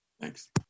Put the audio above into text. Thanks